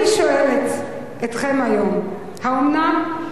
אני שואלת אתכם היום: האומנם?